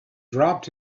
dropped